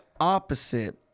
opposite